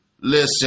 Listen